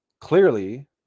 clearly